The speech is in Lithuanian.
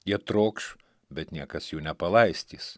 jie trokš bet niekas jų nepalaistys